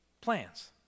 plans